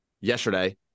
yesterday